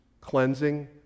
cleansing